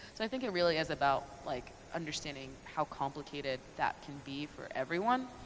so i think it really is about like understanding how complicated that can be for everyone,